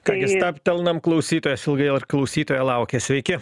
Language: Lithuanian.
ką gi stabtelnam klausytojas ilgai ar klausytoja laukia sveiki